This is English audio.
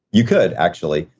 you could, actually.